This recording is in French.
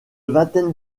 vingtaine